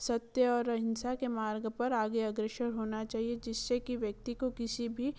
सत्य और अहिंसा के मार्ग पर आगे अग्रसर होना चाहिए जिससे कि व्यक्ति को किसी भी